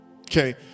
Okay